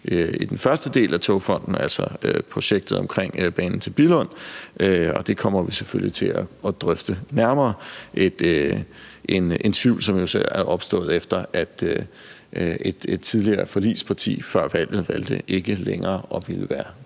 i den første del af Togfonden DK, altså projektet omkring banen til Billund. Det kommer vi selvfølgelig til at drøfte nærmere. Det er jo en tvivl, som er opstået, efter at et tidligere forligsparti før valget valgte ikke længere at ville være